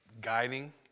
guiding